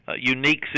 unique